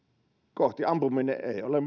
kohti ampuminen ei ole